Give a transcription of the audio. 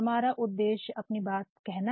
हमारा उद्देश्य है समझाना अपनी बात कहना